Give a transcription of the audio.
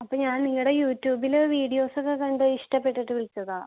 അപ്പോൾ ഞാൻ നിങ്ങളുടെ യൂട്യൂബിലെ വീഡിയോസൊക്കെ കണ്ട് ഇഷ്ടപ്പെട്ടിട്ട് വിളിച്ചതാണ്